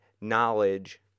knowledge